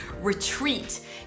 retreat